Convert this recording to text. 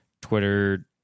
Twitter